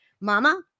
Mama